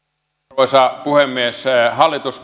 arvoisa puhemies hallitus